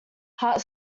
heart